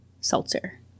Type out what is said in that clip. seltzer